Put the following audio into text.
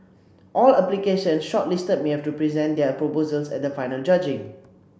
all applications shortlisted may have to present their proposals at the final judging